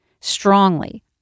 strongly